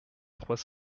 trois